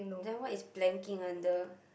then what is planking under